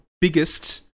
biggest